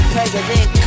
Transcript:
President